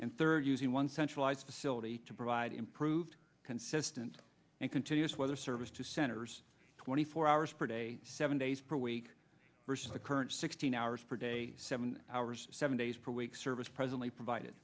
and third using one centralized facility to provide improved consistent and continuous weather service to senators twenty four hours per day seven days per week versus the current sixteen hours per day seven hours seven days per week service presently provided